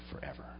forever